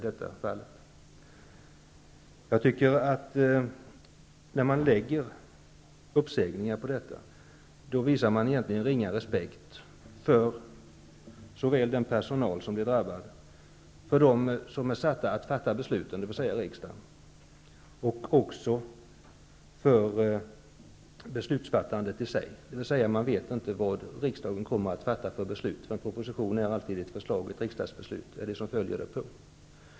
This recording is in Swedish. När man gör uppsägningar på den grundvalen visar man egentligen, tycker jag, ringa respekt för såväl den personal som det drabbar som för dem som är satta att fatta besluten, dvs. riksdagen, och för beslutsfattandet i sig; man vet ju inte vad riksdagen kommer att fatta för beslut. En proposition är alltid ett förslag, och ett riksdagsbeslut är det som följer därpå.